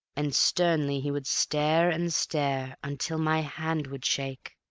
and sternly he would stare and stare until my hand would shake,